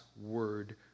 Word